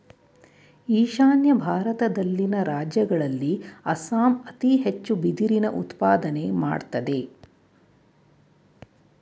ಈಶಾನ್ಯ ಭಾರತದಲ್ಲಿನ ರಾಜ್ಯಗಳಲ್ಲಿ ಅಸ್ಸಾಂ ಅತಿ ಹೆಚ್ಚು ಬಿದಿರಿನ ಉತ್ಪಾದನೆ ಮಾಡತ್ತದೆ